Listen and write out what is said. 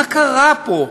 מה קרה פה?